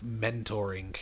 mentoring